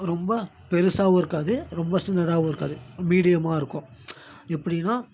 ரொம்ப பெருசாகவும் இருக்காது ரொம்ப சின்னதாகவும் இருக்காது மீடியமாக இருக்கும் எப்படின்னா